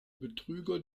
betrüger